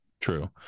True